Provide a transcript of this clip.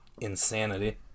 insanity